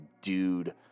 dude